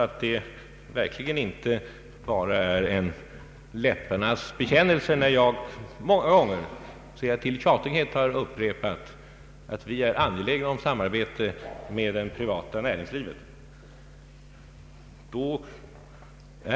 Jag säger detta trots att det verkligen inte bara är en läpparnas bekännelse när jag många gånger — till tjatighet — har upprepat att vi är angelägna om samarbete med det privata näringslivet.